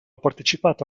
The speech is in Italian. partecipato